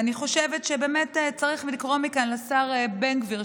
אני חושבת שבאמת צריך לקרוא מכאן לשר בן גביר,